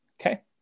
Okay